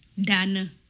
Dana